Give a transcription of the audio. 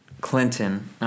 Clinton